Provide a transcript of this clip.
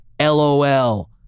LOL